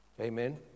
Amen